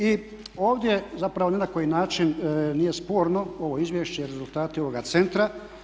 I ovdje zapravo ni na koji način nije sporno ovo izvješće i rezultati ovoga centra.